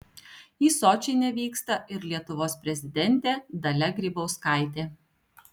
į sočį nevyksta ir lietuvos prezidentė dalia grybauskaitė